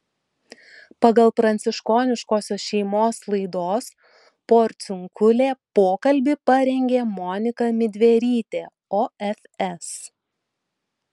pagal pranciškoniškosios šeimos laidos porciunkulė pokalbį parengė monika midverytė ofs